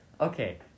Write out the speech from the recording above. Okay